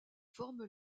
forme